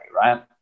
right